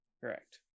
Correct